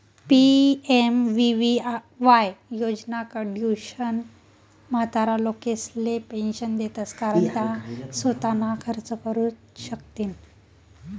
PMVVY योजनाकडथून म्हातारा लोकेसले पेंशन देतंस कारण त्या सोताना खर्च करू शकथीन